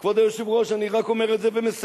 כבוד היושב-ראש, אני רק אומר את זה ומסיים.